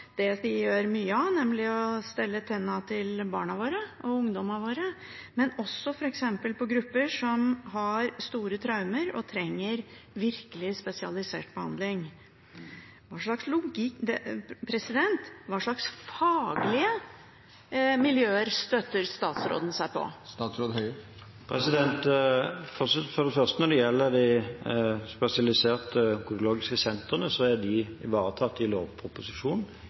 det de gjør mye av, nemlig å stelle tennene til barna og ungdommene våre, men også f.eks. på grupper som har store traumer, og som trenger virkelig spesialisert behandling? Hvilke faglige miljøer støtter statsråden seg på? Når det gjelder de spesialiserte odontologiske sentrene, så er de ivaretatt i lovproposisjonen